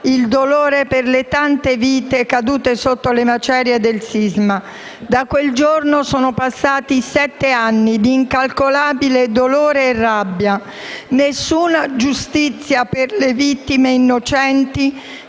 il dolore per le tante vite cadute sotto le macerie del sisma. Da quel giorno sono passati sette anni di incalcolabile dolore e rabbia. Nessuna giustizia per le vittime innocenti